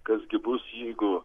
kas gi bus jeigu